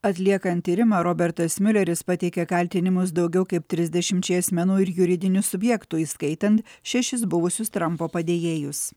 atliekant tyrimą robertas miuleris pateikė kaltinimus daugiau kaip trisdešimčiai asmenų ir juridinių subjektų įskaitant šešis buvusius trampo padėjėjus